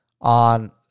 on